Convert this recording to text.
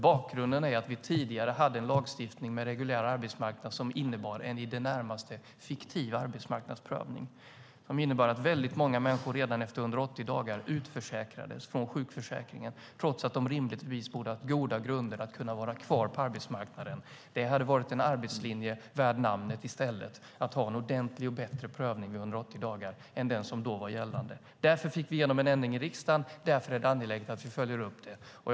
Bakgrunden är att det tidigare fanns en lagstiftning med begreppet reguljär arbetsmarknad som innebar en i det närmaste fiktiv arbetsmarknadsprövning. Det innebar att många människor utförsäkrades från sjukförsäkringen redan efter 180 dagar, trots att de rimligtvis borde ha haft goda grunder att vara kvar på arbetsmarknaden. Det hade varit en arbetslinje värd namnet med en ordentlig och bättre prövning vid 180 dagar än den som då var gällande. Därför fick vi igenom en ändring i riksdagen, och därför är det angeläget att följa upp ändringen.